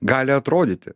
gali atrodyti